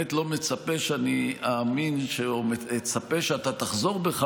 אתה באמת לא מצפה שאני אאמין או מצפה שאתה תחזור בך,